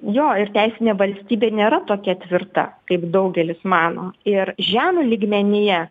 jo ir teisinė valstybė nėra tokia tvirta kaip daugelis mano ir žemių lygmenyje